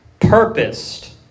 purposed